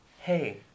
Hey